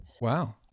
wow